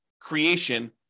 creation